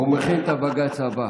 הוא מכין את הבג"ץ הבא.